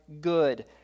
good